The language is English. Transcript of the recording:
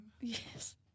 Yes